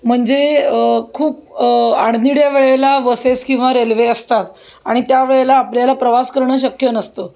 म्हणजे खूप अडनिड्या वेळेला बसेस किंवा रेल्वे असतात आणि त्यावेळेला आपल्याला प्रवास करणं शक्य नसतं